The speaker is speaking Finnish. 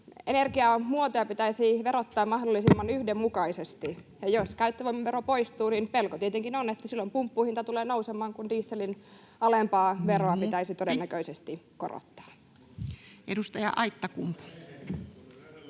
energiamuotoja pitäisi verottaa mahdollisimman yhdenmukaisesti, ja jos käyttövoimavero poistuu, pelko tietenkin on, että silloin pumppuhinta tulee nousemaan, kun dieselin alempaa veroa pitäisi todennäköisesti korottaa. [Perussuomalaisten